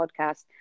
podcast